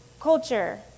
culture